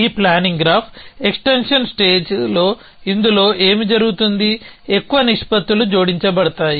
ఈ planning graph extension స్టేజ్లో ఇందులో ఏమి జరుగుతోంది ఎక్కువ నిష్పత్తులు జోడించబడుతున్నాయి